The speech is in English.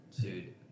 dude